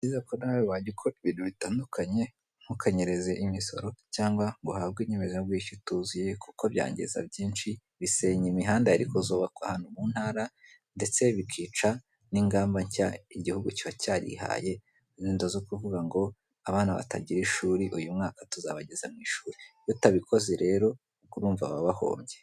Ni byiza ko nawe wajya ukora ibintu bitandukanye ntukanyeze imisoro cyangwa ngo uhabwe inyemezabwishyu ituzuye kuko byangiza byinshi, bisenya imihanda yari zubakwa ahantu mu ntara ndetse bikica n'ingamba nshya igihugu kiba cyarihaye, gahunda zo kuvuga ngo abana batagira ishuri uyu mwaka tuzabageza mu ishuri, iyo utabikoze rero urumva baba bahombye.